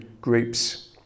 groups